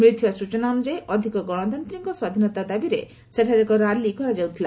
ମିଳିଥିବା ସୂଚନା ଅନୁଯାୟୀ ଅଧିକ ଗଣତାନ୍ତିକ ସ୍ୱାଧୀନତା ଦାବିରେ ସେଠାରେ ଏକ ର୍ୟାଲି କରାଯାଉଥିଲା